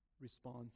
response